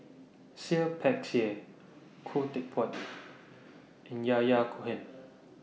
Seah Peck Seah Khoo Teck Puat and Yahya Cohen